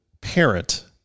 parent